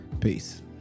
peace